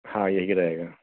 हाँ यही रहेगा